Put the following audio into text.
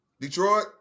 Detroit